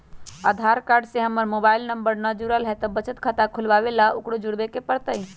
आधार card से हमर mobile number न जुरल है त बचत खाता खुलवा ला उकरो जुड़बे के पड़तई?